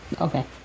Okay